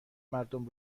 مردم